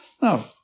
Now